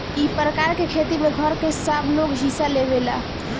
ई प्रकार के खेती में घर के सबलोग हिस्सा लेवेला